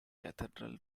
cathedral